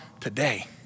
today